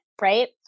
right